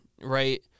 right